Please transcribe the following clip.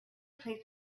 placed